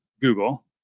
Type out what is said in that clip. Google